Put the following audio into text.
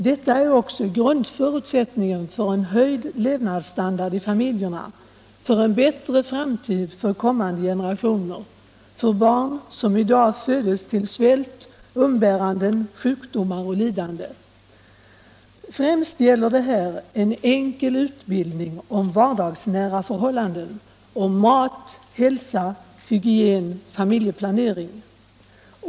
Detta är också grundförutsättningen för en höjd levnadsstandard i familjerna, för en bättre framtid för kommande generationer, för barn som i dag födes till svält, umbäranden, sjukdomar och lidande. Främst gäller här en enkel utbildning om vardagsnära förhållanden, om mat, hälsa, hygien, familjeplanering.